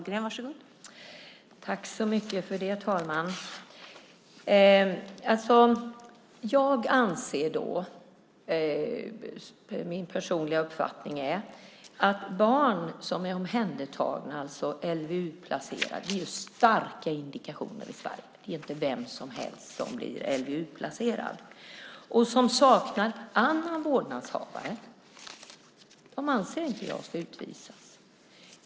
Fru talman! Min personliga uppfattning är att barn som är omhändertagna, alltså LVU-placerade, och som saknar annan vårdnadshavare inte ska utvisas. Detta ger ju starka indikationer i Sverige; det är inte vem som helst som blir LVU-placerad.